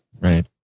Right